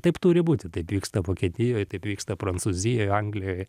taip turi būti taip vyksta vokietijoj taip vyksta prancūzijoj anglijoj